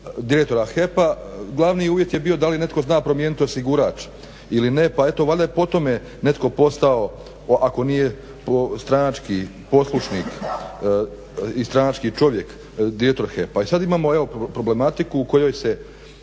direktora HEP glavni uvjet je bio da li netko zna promijeniti osigurač ili ne pa je onda valjda po tome netko postao ako nije po stranački poslušni i stranački čovjek, direktor HEP-a. i sada imamo problematiku u kojoj se